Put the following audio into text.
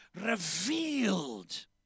revealed